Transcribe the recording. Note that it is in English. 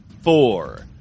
four